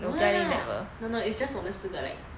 no lah no no it's just 我们四个 like